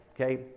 Okay